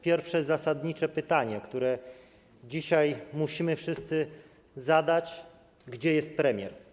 Pierwsze zasadnicze pytanie, które dzisiaj musimy wszyscy zadać: Gdzie jest premier?